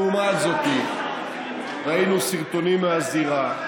לעומת זאת, ראינו סרטונים מהזירה,